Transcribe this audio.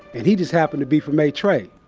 and he just happened to be from eight tray.